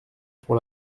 pour